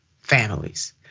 families